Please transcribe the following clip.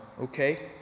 okay